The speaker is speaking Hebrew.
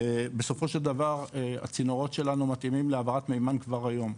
בסופו של דבר הצינורות שלנו מתאימים להעברת מימן כבר היום,